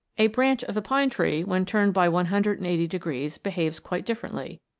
a branch of a pine tree when turned by one hundred and eighty degrees behaves quite differently.